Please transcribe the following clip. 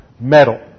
metal